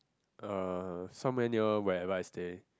uh somewhere near wherever I stay